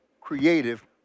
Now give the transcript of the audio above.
creative